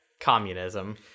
communism